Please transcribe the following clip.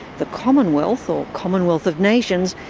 the commonwealth, or commonwealth of nations,